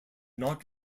not